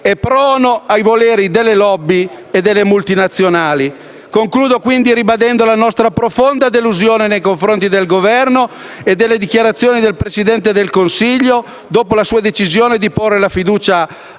prono ai voleri delle *lobby* e delle multinazionali. Concludo, quindi, ribadendo la nostra profonda delusione nei confronti del Governo e delle dichiarazioni del Presidente del Consiglio, dopo la sua decisione di porre la fiducia